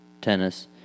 tennis